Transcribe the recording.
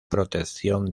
protección